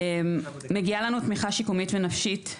מגיעה לנו תמיכה שיקומית ונפשית.